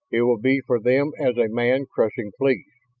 it will be for them as a man crushing fleas.